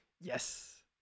Yes